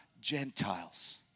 Gentiles